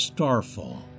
Starfall